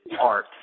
art